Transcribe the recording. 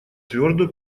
твердую